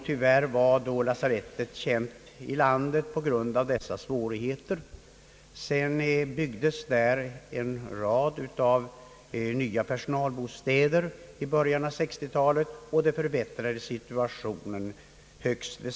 Tyvärr blev lasarettet då misskänt i landet på grund av dessa svårigheter. Sedan byggdes emellertid en rad nya personalbostäder där, vilket förbättrade situationen väsentligt.